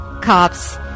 cops